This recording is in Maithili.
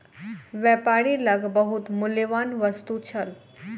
व्यापारी लग बहुत मूल्यवान वस्तु छल